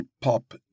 pop